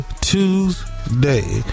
Tuesday